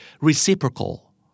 Reciprocal